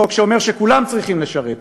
חוק שאומר שכולם צריכים לשרת.